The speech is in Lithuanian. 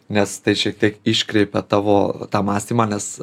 nes tai šiek tiek iškreipia tavo tą mąstymą nes